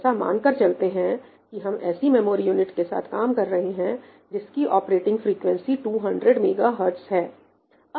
ऐसा मानकर चलते हैं कि हम ऐसी मेमोरी यूनिट के साथ कम काम कर रहे हैं जिसकी ऑपरेटिंग फ्रिकवेंसी 200 मेगाहर्ट्ज है